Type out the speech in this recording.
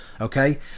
okay